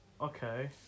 Okay